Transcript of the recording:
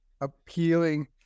appealing